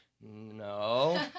No